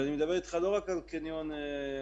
ואני מדבר איתך לא רק על קניון ארנה,